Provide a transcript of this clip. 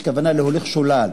יש כוונה להוליך שולל.